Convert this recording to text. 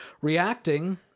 reacting